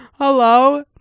hello